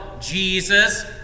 Jesus